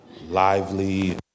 lively